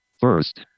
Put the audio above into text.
first